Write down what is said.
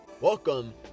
Welcome